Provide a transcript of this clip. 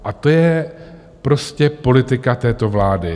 A to je prostě politika této vlády.